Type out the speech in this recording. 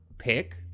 Pick